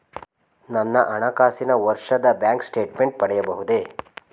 ನನ್ನ ಹಣಕಾಸಿನ ವರ್ಷದ ಬ್ಯಾಂಕ್ ಸ್ಟೇಟ್ಮೆಂಟ್ ಪಡೆಯಬಹುದೇ?